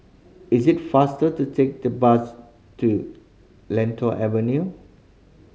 is it faster to take the bus to Latol Avenue